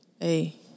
Hey